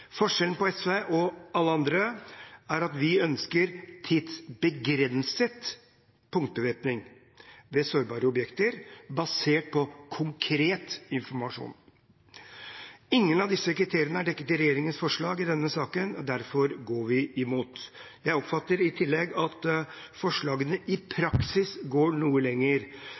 Forskjellen på SV og alle andre er at vi ønsker tidsbegrenset punktbevæpning ved sårbare objekter basert på konkret informasjon. Ingen av disse kriteriene er dekket i regjeringens forslag i denne saken, og derfor går vi imot. Jeg oppfatter i tillegg at forslagene i praksis går noe lenger,